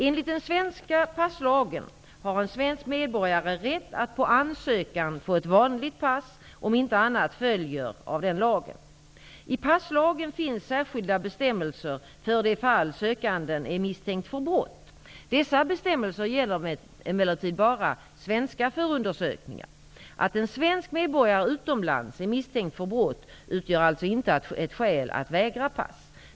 Enligt den svenska passlagen har en svensk medborgare rätt att på ansökan få ett vanligt pass om inte annat följer av den lagen . I passlagen finns särskilda bestämmelser för det fall sökanden är misstänkt för brott . Dessa bestämmelser gäller emellertid bara svenska förundersökningar. Att en svensk medborgare utomlands är misstänkt för brott utgör alltså inte ett skäl att vägra pass.